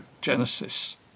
Genesis